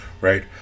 Right